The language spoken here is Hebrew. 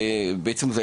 ואני